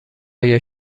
ایا